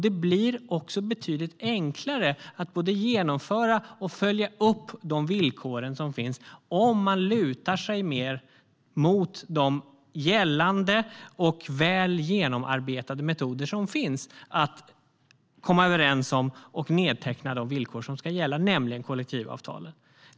Det blir också betydligt enklare att både genomföra och följa upp de villkor som finns om man lutar sig mer mot de gällande och väl genomarbetade metoder som finns för att komma överens om och nedteckna de villkor som ska gälla, nämligen kollektivavtalen.